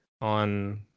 on